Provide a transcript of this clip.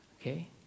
Okay